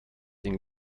den